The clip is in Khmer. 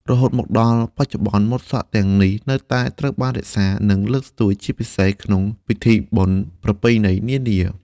រហូតមកដល់បច្ចុប្បន្នម៉ូតសក់ទាំងនេះនៅតែត្រូវបានរក្សា និងលើកស្ទួយ ជាពិសេសក្នុងពិធីបុណ្យប្រពៃណីនានា។